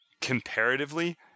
comparatively